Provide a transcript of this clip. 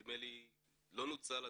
לא נוצל התקציב.